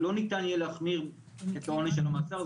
לא ניתן יהיה להחמיר את העונש של המאסר,